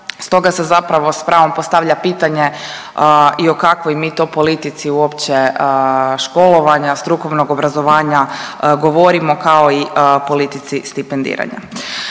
stoga se zapravo s pravom postavlja pitanje i o kakvoj mi to politici uopće školovanja strukovnog obrazovanja govorimo, kao i politici stipendiranja.